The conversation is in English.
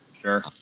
Sure